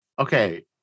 Okay